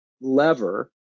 lever